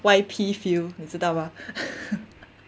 Y_P feel 你知道吗